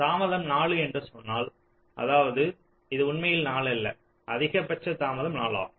தாமதம் 4 என்று சொன்னால் அதாவது இது உண்மையில் 4 அல்ல அதிகபட்ச தாமதம் 4 ஆகும்